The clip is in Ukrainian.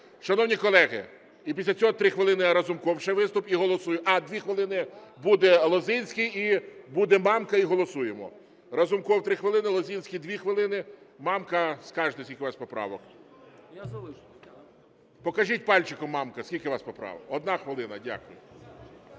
Шановні колеги… І після цього 3 хвилини – Разумков ще, виступ, і голосуємо. А, 2 хвилини буде Лозинський і буде Мамка, і голосуємо. Разумков – 3 хвилини, Лозинський – 2 хвилини, Мамка, скажете, скільки у вас поправок. Покажіть пальчиком, Мамка, скільки у вас поправок. Одна хвилина. Дякую.